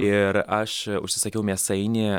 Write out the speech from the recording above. ir aš užsisakiau mėsainį